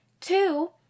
Two